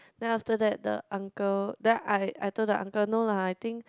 then after that the uncle then I I told the uncle no lah I think